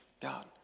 God